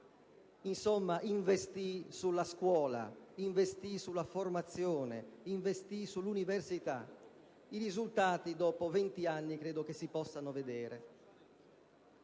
Insomma, investì sulla scuola, investì sulla formazione e investì sull'università: i risultati, dopo 20 anni, possono vedersi.